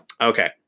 Okay